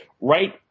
right